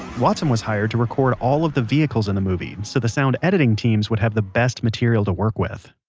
watson was hired to record all of the vehicles in the movie so that the sound editing team would have the best materials to work with.